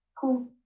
cool